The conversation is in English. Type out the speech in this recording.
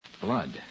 Blood